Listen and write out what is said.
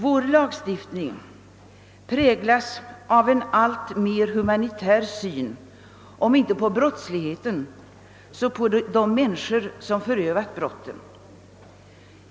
Vår lagstiftning präglas av en alltmer humanitär syn om inte på brottsligheten så på de människor som förövat brotten.